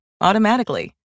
automatically